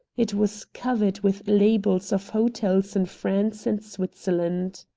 it was covered with labels of hotels in france and switzerland.